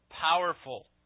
powerful